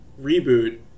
reboot